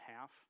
half